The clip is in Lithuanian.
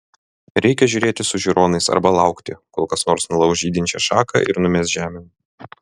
reikia žiūrėti su žiūronais arba laukti kol kas nors nulauš žydinčią šaką ir numes žemėn